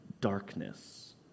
darkness